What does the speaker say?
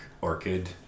orchid